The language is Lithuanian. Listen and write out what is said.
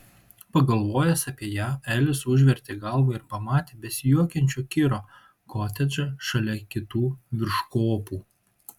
pagalvojęs apie ją elis užvertė galvą ir pamatė besijuokiančio kiro kotedžą šalia kitų virš kopų